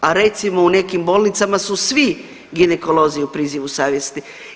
A recimo, u nekim bolnicama su svi ginekolozi u prizivu savjesti?